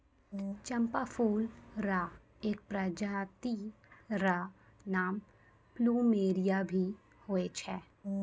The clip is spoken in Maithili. चंपा फूल र एक प्रजाति र नाम प्लूमेरिया भी होय छै